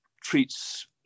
treats